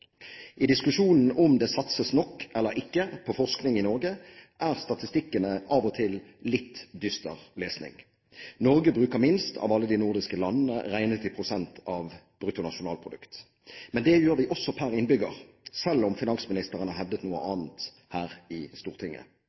I diskusjonen om det satses nok eller ikke på forskning i Norge, er statistikkene av og til litt dyster lesning. Norge bruker minst av alle de nordiske landene regnet i prosent av bruttonasjonalprodukt. Men det gjør vi også per innbygger, selv om finansministeren har hevdet noe annet her i Stortinget.